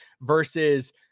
versus